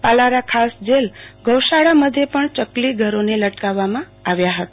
પાલારા ખાસ જેલ ગૌશાળા મધ્યે પણ ચકલીઘરો લટકાવવામાં આવ્યા હતા